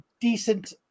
decent